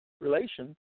relation